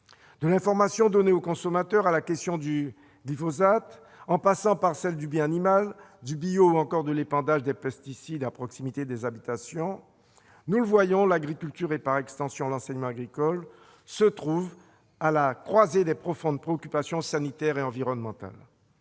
De l'information donnée au consommateur à la question du glyphosate en passant par celles du bien-être animal, du bio, ou encore de l'épandage des pesticides à proximité des habitations, nous le voyons, l'agriculture et, par extension, l'enseignement agricole se trouvent à la croisée de profondes préoccupations sanitaires et environnementales.